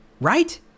right